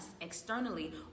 externally